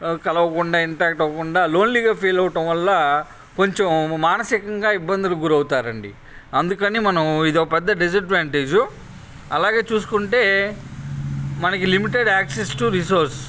కలవకుండా ఇంటరాక్ట్ అవ్వకుండా లోన్లీగా ఫీల్ అవడం వల్ల కొంచెం మానసికంగా ఇబ్బందులకి గురవుతారండి అందుకని మనం ఇదో పెద్ద డిస్అడ్వాన్టేజు అలాగే చూసుకుంటే మనకి లిమిటెడ్ యాక్సెస్ టూ రిసోర్స్